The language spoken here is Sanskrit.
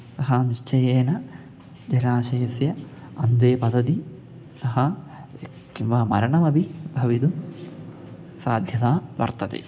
सः निश्चयेन जलाशयस्य अन्ते पतति सः किं वा मरणमपि भवितुं साध्यता वर्तते